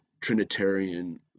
trinitarian